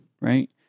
right